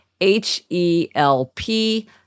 H-E-L-P